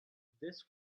this